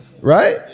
Right